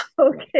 Okay